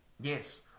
Yes